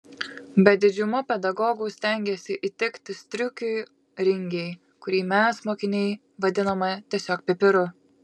bet didžiuma pedagogų stengėsi įtikti striukiui ringei kurį mes mokiniai vadinome tiesiog pipiru